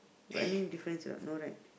got any difference or not no right